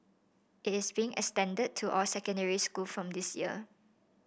it is being extended to all secondary school from this year